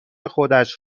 خودش